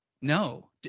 No